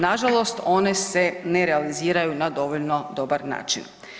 Nažalost, one se ne realiziraju na dovoljno dobar način.